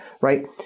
right